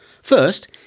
First